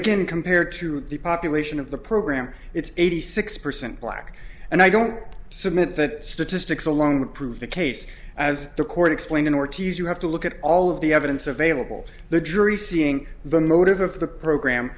again compared to the population of the program it's eighty six percent black and i don't submit that statistics alone would prove the case as the court explained in ortiz you have to look at all of the evidence available the jury seeing the motive of the program